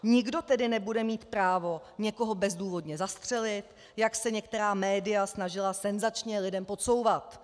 Nikdo tedy nebude mít právo někoho bezdůvodně zastřelit, jak se některá média snažila senzačně lidem podsouvat.